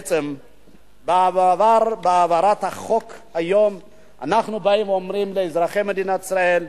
בעצם בהעברת החוק היום אנחנו בעצם באים ואומרים לאזרחי מדינת ישראל,